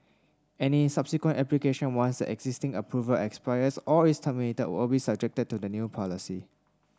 any subsequent application once existing approval expires or is terminated will be subjected to the new policy